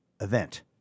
event